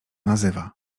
nazywa